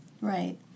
Right